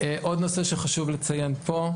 עוד נושא שחשוב לציין פה,